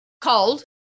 cold